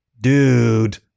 Dude